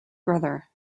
brother